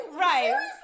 Right